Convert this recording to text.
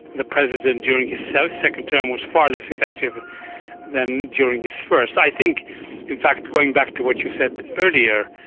the president, during his so second term was far less effective than during his first. i think in fact, going back to what you said earlier,